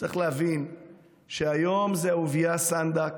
צריך להבין שהיום זה אהוביה סנדק,